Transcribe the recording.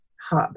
hub